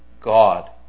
God